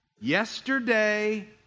Yesterday